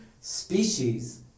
species